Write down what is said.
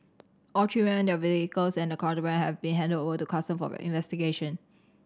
all three men their vehicles and the contraband have been handed over to Customs for investigation